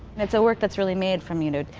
and it's a work that's really made from, you know,